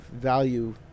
value